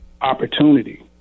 opportunity